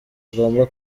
agomba